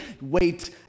Wait